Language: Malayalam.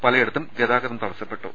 പലയിടത്തും ഗതാഗതം തടസ്സപ്പെ ട്ടു